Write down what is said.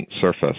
surface